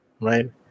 right